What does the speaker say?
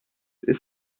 ist